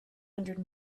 hundred